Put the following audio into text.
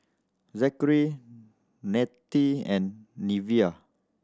Zackery Nanette and Neveah